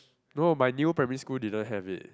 no my new primary school didn't have it